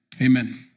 Amen